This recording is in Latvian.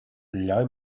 ļauj